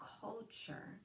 culture